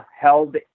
held